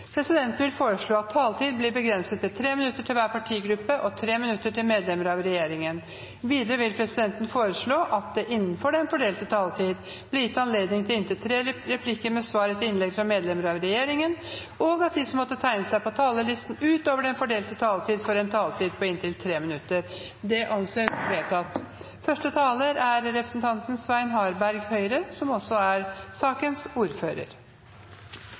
Presidenten vil foreslå at taletiden blir begrenset til 3 minutter til hver partigruppe og 3 minutter til medlemmer av regjeringen. Videre vil presidenten foreslå at det innenfor den fordelte taletid blir gitt anledning til inntil tre replikker med svar etter innlegg fra medlemmer av regjeringen, og at de som måtte tegne seg på talerlisten utover den fordelte taletid, får en taletid på inntil 3 minutter. – Det anses vedtatt. Jeg er veldig glad for at det som